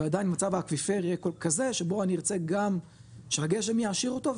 ועדיין מצב האקוויפר יהיה כזה שבו אני ארצה גם שהגשם יעשיר אותו,